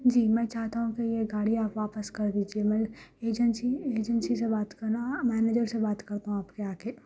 جی میں چاہتا ہوں کہ یہ گاڑی آپ واپس کر دیجیے میں ایجینسی ایجینسی سے بات کراؤ مینیجر سے بات کرتا ہوں آپ کے آ کے